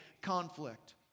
conflict